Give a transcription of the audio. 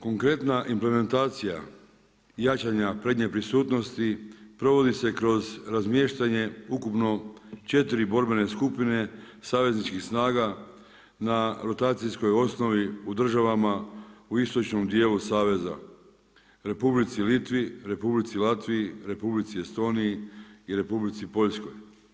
Konkretna implementacija jačanja prednje prisutnosti provodi se kroz razmještanje ukupno četiri borbene skupine savezničkih snaga na rotacijskoj osnovi u državama u istočnom dijelu saveza, Republici Litvi, Republici Latviji, Republici Estoniji i Republici Poljskoj.